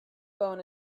bone